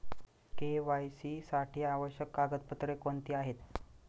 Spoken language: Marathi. के.वाय.सी साठी आवश्यक कागदपत्रे कोणती आहेत?